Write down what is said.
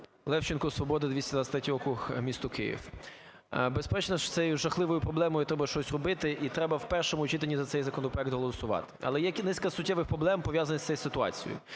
Левченко, Свобода, 223 округ, місто Київ. Безперечно, що це є жахливою проблемою, треба щось робити і треба в першому читанні за цей законопроект голосувати. Але є низка суттєвих проблем, пов'язаних з цією ситуацією.